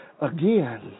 again